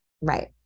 Right